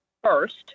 First